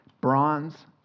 Bronze